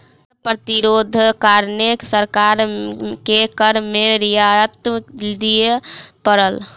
कर प्रतिरोधक कारणें सरकार के कर में रियायत दिअ पड़ल